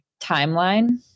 timeline